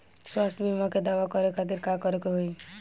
स्वास्थ्य बीमा के दावा करे के खातिर का करे के होई?